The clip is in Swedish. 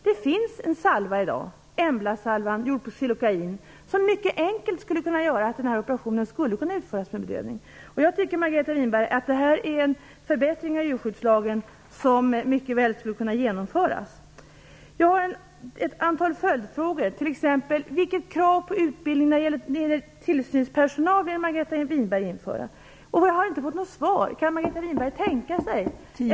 Det finns i dag en salva - Emblasalvan gjord på xylocain, som gör att man mycket enkelt kan utföra sådana här operationer med bedövning. Det här är, Margareta Winberg, en förbättring som mycket väl skulle kunna genomföras i djurskyddslagen. Jag har ett par följdfrågor: Vilket krav på utbildning för tillsynspersonal vill Margareta Winberg införa? Kan Margareta Winberg tänka sig att förbjuda enkla operativa ingrepp som utförs utan bedövning?